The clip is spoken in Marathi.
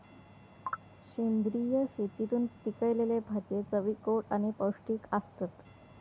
सेंद्रिय शेतीतून पिकयलले भाजये चवीक गोड आणि पौष्टिक आसतत